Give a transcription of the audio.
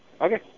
Okay